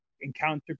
encounter